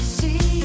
see